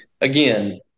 again